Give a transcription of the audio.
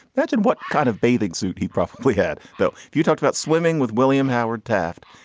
that's and what kind of bathing suit he probably had, though. you talked about swimming with william howard taft.